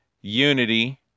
unity